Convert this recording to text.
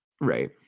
Right